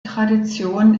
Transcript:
tradition